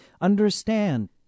Understand